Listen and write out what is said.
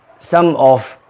some of